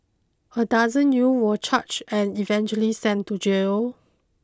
a dozen youth were charged and eventually sent to jail